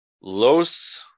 Los